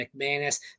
mcmanus